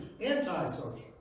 anti-social